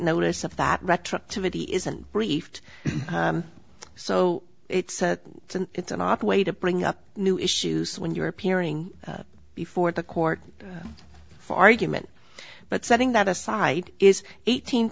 notice of that retroactivity isn't briefed so it's it's an it's an odd way to bring up new issues when you're appearing before the court for argument but setting that aside is eighteen